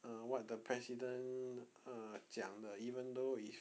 err what the president err 讲的 even though it's